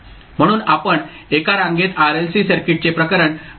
म्हणून आपण एका रांगेत RLC सर्किटचे प्रकरण वैशिष्ट्यपूर्ण पाहतो